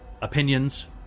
opinions